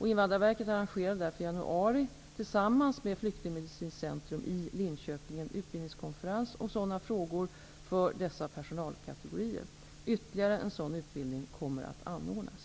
Invandrarverket arrangerade därför i januari tillsammans med Flyktingmedicinskt centrum i Linköping en utbildningskonferens om sådana frågor för dessa personalkategorier. Ytterligare en sådan utbildning kommer att anordnas.